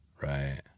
Right